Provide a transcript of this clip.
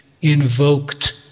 invoked